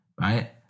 right